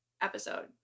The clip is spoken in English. episode